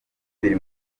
biri